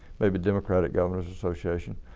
maybe democratic governors association.